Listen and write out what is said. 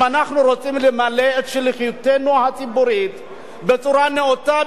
אם אנחנו רוצים למלא את שליחותנו הציבורית בצורה נאותה,